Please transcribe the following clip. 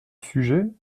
sujet